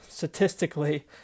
statistically